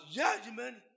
judgment